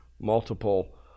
multiple